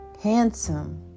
handsome